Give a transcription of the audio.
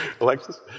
Alexis